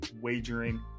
wagering